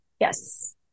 yes